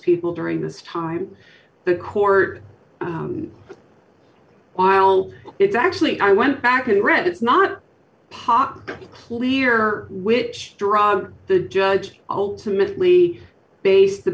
people during this time the court while it's actually i went back and read it's not pot clear which the judge ultimately based the